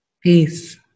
Peace